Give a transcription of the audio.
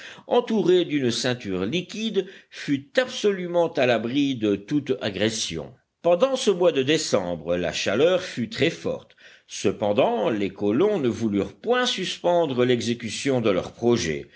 entouré d'une ceinture liquide fut absolument à l'abri de toute agression pendant ce mois de décembre la chaleur fut très forte cependant les colons ne voulurent point suspendre l'exécution de leurs projets